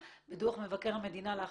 אבל מבחינתו כשדה,